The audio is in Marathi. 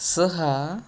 सहा